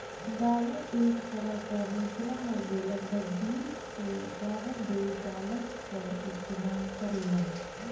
dollar एक तरे क मुद्रा हउवे लगभग बीस से जादा देश डॉलर क इस्तेमाल करेलन